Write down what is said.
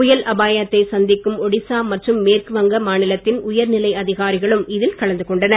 புயல் அபாயத்தை சந்திக்கும் ஒடிசா மற்றும் மேற்கு வங்க மாநிலத்தின் உயர் நிலை அதிகாரிகளும் இதில் கலந்து கொண்டனர்